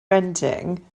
renting